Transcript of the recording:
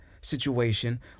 situation